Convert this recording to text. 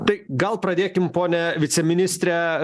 tai gal pradėkim pone viceministre